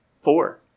Four